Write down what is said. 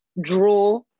draw